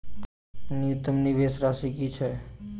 न्यूनतम निवेश राशि की छई?